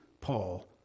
Paul